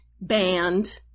band